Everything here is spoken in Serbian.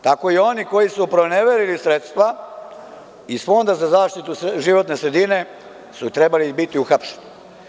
Tako su i oni koji su proneverili sredstva iz Fonda za zaštitu životne sredine trebali biti uhapšeni.